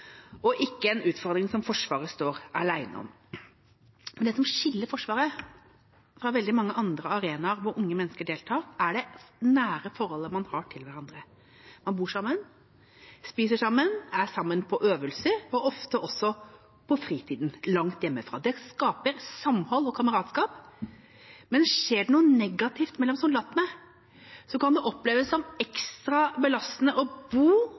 og ikke en utfordring som Forsvaret står alene om. Det som skiller Forsvaret fra veldig mange andre arenaer hvor unge mennesker deltar, er det nære forholdet man har til hverandre. Man bor sammen, spiser sammen, er sammen på øvelser og ofte også på fritiden – langt hjemmefra. Det skaper samhold og kameratskap, men skjer det noe negativt mellom soldatene, kan det oppleves som ekstra belastende å bo